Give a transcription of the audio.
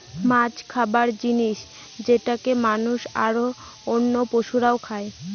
মাছ খাবার জিনিস যেটাকে মানুষ, আর অন্য পশুরা খাই